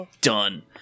done